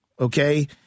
okay